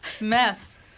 mess